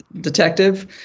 detective